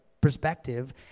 perspective